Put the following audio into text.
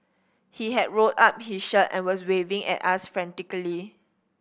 he had rolled up his shirt and was waving at us frantically